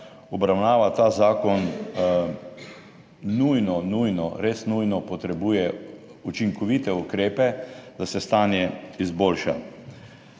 obravnava ta zakon, nujno, nujno, res nujno potrebuje učinkovite ukrepe, da se stanje izboljša.